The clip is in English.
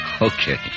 Okay